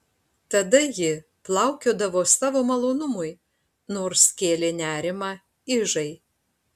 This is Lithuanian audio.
tada ji plaukiodavo savo malonumui nors kėlė nerimą ižai